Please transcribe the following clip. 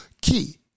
key